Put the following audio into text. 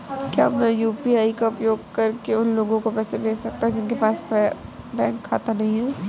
क्या मैं यू.पी.आई का उपयोग करके उन लोगों को पैसे भेज सकता हूँ जिनके पास बैंक खाता नहीं है?